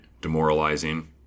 demoralizing